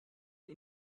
had